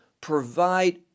provide